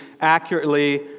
accurately